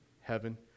heaven